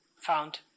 found